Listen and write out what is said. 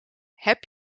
heb